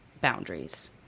boundaries